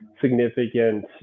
significant